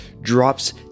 drops